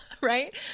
right